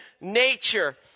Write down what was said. nature